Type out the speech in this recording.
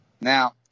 Now